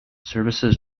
services